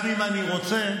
גם אם אני רוצה,